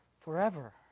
forever